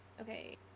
Okay